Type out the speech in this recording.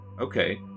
okay